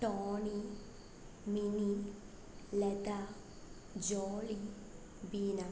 Tony Mini Latha Jolly Beena